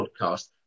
podcast